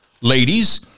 Ladies